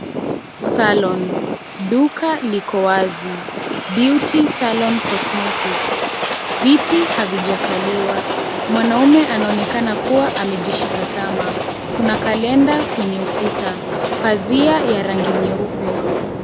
Salon duko liko wazi beauty salon cosmetics viti havijakaliwa, mwanaume anaonekana kuwa amejishika tama. Kuna kalenda kwenye ukuta, pazia ya rangi nyeupe.